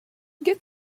get